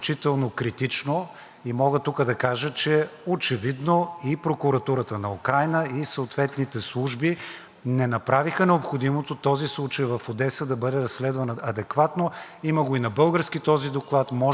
не направиха необходимото този случай в Одеса да бъде разследван адекватно. Има го и на български този доклад, може да се намери. Истината е, че за случая в Одеса истината не излезе наяве и виновните не бяха наказани.